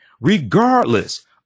regardless